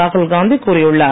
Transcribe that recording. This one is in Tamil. ராகுல் காந்தி கூறியுள்ளார்